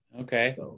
Okay